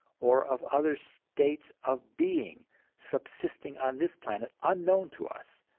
or of other states of being subsisting on this planet unknown to us,